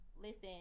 listen